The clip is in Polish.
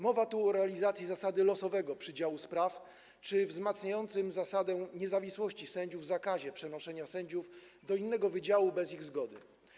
Mowa tu o realizacji zasady losowego przydziału spraw czy wzmacniającym zasadę niezawisłości sędziów zakazie przenoszenia sędziów do innego wydziału bez ich zgody.